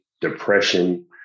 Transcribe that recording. depression